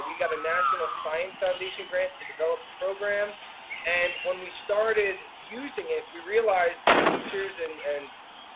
we got a national science foundation grant to develop the program and when we started using it we realized that teachers and and